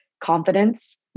confidence